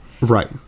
right